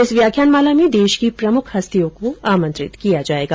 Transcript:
इस व्याख्यान माला में देश की प्रमुख हस्तियों को आमंत्रित किया जायेगा